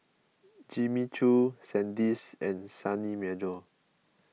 Jimmy Choo Sandisk and Sunny Meadow